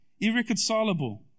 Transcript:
irreconcilable